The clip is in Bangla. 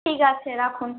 ঠিক আছে রাখুন